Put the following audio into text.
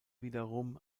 wiederum